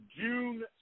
June